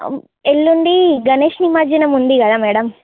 ఎల్లుండి గణేష్ నిమజ్జనం ఉంది కదా మ్యాడం